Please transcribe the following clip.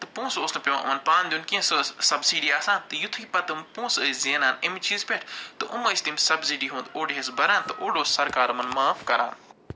تہٕ پونٛسہٕ اوس نہٕ پٮ۪وان یِمَن پانہٕ دیُن کیٚںٛہہ سۄ ٲس سَبسیٖڈی آسان تہٕ یُتھُے پَتہٕ تِم پونٛسہٕ ٲسۍ زینان اَمہِ چیٖزٕ پٮ۪ٹھ تہٕ یِم ٲسۍ تِم سَبسیٖڈی ہُنٛد اوٚڑ حصہٕ بَران تہٕ اوٚڑ اوس سَرکار یِمَن معاف کَران